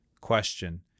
Question